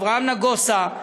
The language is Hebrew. אברהם נגוסה,